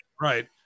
right